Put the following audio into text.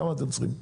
כמה אתם צריכים?